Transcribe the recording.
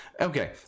Okay